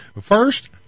First